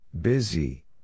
busy